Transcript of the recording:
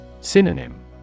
Synonym